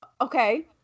Okay